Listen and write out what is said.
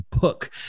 book